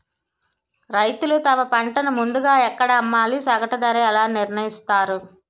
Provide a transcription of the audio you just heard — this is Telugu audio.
రైతులు తమ పంటను ముందుగా ఎక్కడ అమ్మాలి? సగటు ధర ఎలా నిర్ణయిస్తారు?